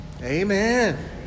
Amen